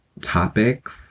topics